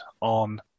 on